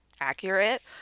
accurate